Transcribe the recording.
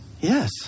Yes